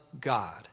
God